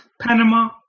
Panama